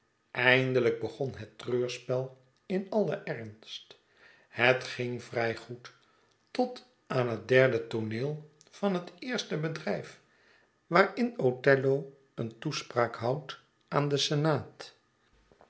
eindelijk begon het treurspel in alien ernst het ging vrij goed tot aan het derde tooneel van het eerste bedrijf waarin othello een toespraak houdt aan den senaat